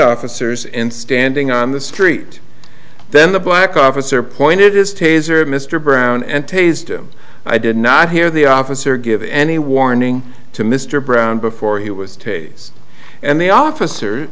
officers in standing on the street then the black officer point it is tasered mr brown and tase him i did not hear the officer give any warning to mr brown before he was tase and the officer